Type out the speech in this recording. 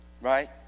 right